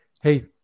hey